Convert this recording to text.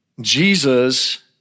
Jesus